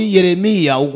Jeremiah